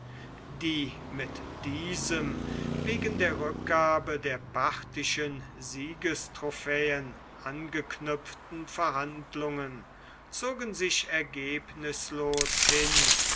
die mit diesem wegen der rückgabe der parthischen siegestrophäen angeknüpften verhandlungen zogen sich ergebnislos hin